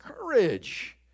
courage